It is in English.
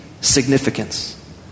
significance